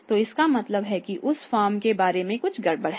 तो इसका मतलब है कि उस फर्म के बारे में कुछ गड़बड़ है